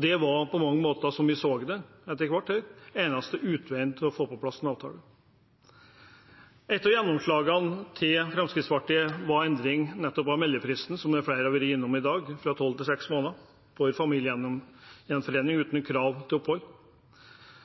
Det var, slik vi så det etter hvert her, den eneste utveien for å få på plass en avtale. Et av gjennomslagene til Fremskrittspartiet var endring av meldefristen, som flere har vært innom i dag, fra tolv til seks måneder for familiegjenforening uten krav til opphold.